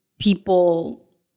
people